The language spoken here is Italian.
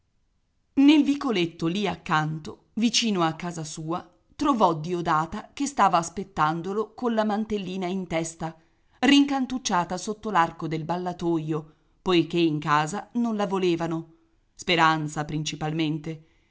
nel vicoletto lì accanto vicino a casa sua trovò diodata che stava aspettandolo colla mantellina in testa rincantucciata sotto l'arco del ballatoio poiché in casa non la volevano speranza principalmente